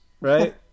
right